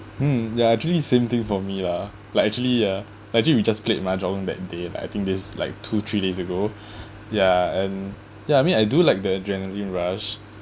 mm ya actually it's same thing for me lah like actually ah actually we just played mahjong that day lah I think there's like two three days ago ya and ya I mean I do like the adrenaline rush